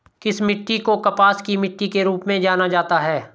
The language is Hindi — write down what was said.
किस मिट्टी को कपास की मिट्टी के रूप में जाना जाता है?